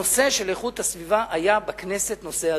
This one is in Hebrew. הנושא של איכות הסביבה היה בכנסת נושא הזוי.